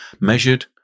Measured